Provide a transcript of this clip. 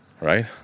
right